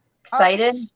Excited